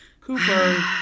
Cooper